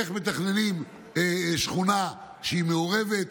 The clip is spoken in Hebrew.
איך מתכננים שכונה מעורבת.